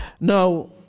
Now